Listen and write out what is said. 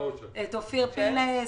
את אופיר פינס,